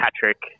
Patrick